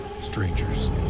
strangers